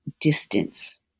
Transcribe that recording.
distance